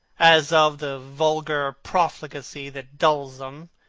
as of the vulgar profligacy that dulls them,